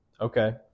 okay